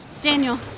Daniel